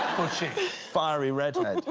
bushy. fiery redhead.